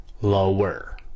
lower